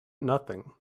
nothing